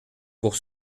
pour